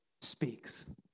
speaks